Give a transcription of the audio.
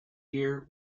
year